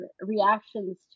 reactions